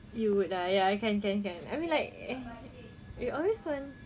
you would ah ya kan kan kan I mean like you always want